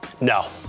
No